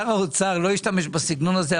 שר האוצר לא השתמש בסגנון הזה,